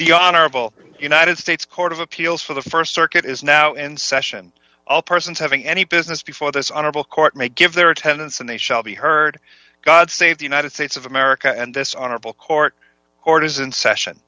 the honorable united states court of appeals for the st circuit is now in session all persons having any business before this honorable court may give their attendance and they shall be heard god save the united states of america and this honorable court orders in session